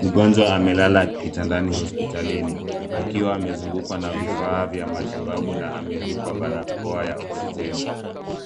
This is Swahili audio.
Mgonjwa amelala kitandani hospitalini akiwa amezungukwa na vifaa vya matibabu na amevikwa barakoa ya oksijeni